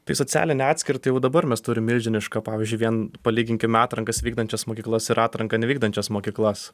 tai socialinę atskirtį jau dabar mes turim milžinišką pavyzdžiui vien palyginkime atrankas vykdančias mokyklas ir atranką nevykdančias mokyklas